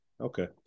okay